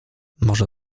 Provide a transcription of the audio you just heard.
może